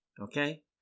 Okay